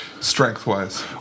strength-wise